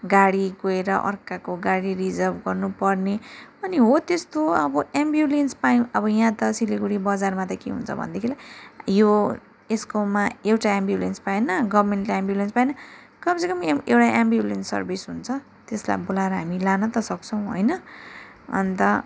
गाडी गएर अर्काको गाडी रिजर्भ गर्नु पर्ने अनि हो त्यस्तो अब एम्ब्युलेन्स पायौँ अब यहाँ त सिलगढी बजारमा त के हुन्छ भनेदेखिलाई यो यसकोमा एउटा एमब्युलेन्स पाएन गर्मेन्टको एम्ब्युलेन्स पाएन कम से कम एउटा एमब्युलेन्स सर्विस हुन्छ त्यसलाई बोलाएर हामी लान त साक्छौँ होइन अन्त